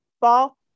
ball